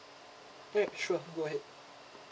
great sure go ahead